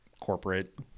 corporate